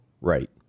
Right